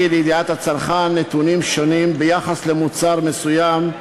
לידיעת הצרכן נתונים שונים ביחס למוצר מסוים,